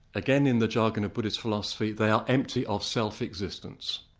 again in the jargon of buddhist philosophy, they are empty of self existence.